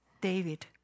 David